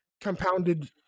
compounded